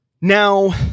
Now